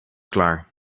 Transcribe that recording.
klaar